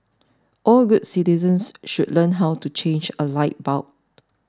all good citizens should learn how to change a light bulb